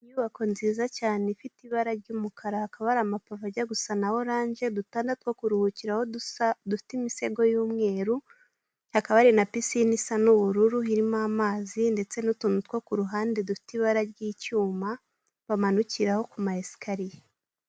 Inyubako nziza cyane ifite ibara ry'umukara, hakaba ari amapave ajya gusa na oranje, udutanda two kuruhukiraho dusa dufite imisego y'umweru, hakaba hari na pisine isa nk'ubururu. Irimo amazi ndetse n'utuntu two ku ruhande dufite ibara ryicyuma bamanukiraho ku ma esikariye.